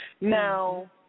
now